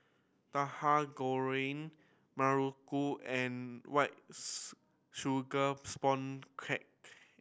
Tauhu Goreng muruku and white sugar sponge cake